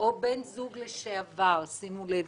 או בן זוג לשעבר" שימו לב,